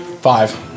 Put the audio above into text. Five